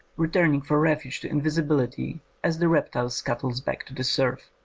returning for refuge to invisibility as the reptile scuttles back to the surf.